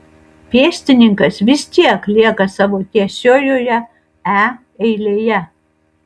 pėstininkas vis tiek lieka savo tiesiojoje e eilėje